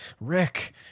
Rick